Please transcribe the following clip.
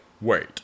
wait